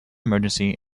emergency